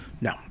No